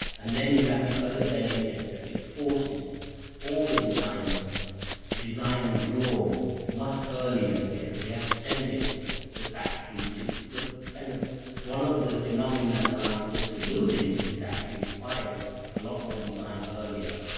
and then you have the other benefit that it forces all the designers to design and draw much earlier because they have to send it to the factory, which is the kind of one of the phenomenon and around industrial buildings, is it actually requires a lot more design earlier.